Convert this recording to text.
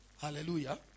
Hallelujah